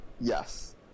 Yes